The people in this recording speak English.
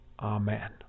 Amen